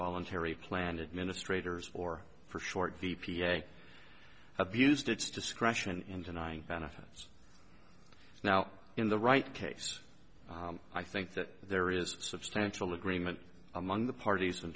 voluntary plan administrator or for short d p a abused its discretion in denying benefits now in the right case i think that there is substantial agreement among the parties in